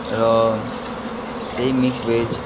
र त्यही mix veg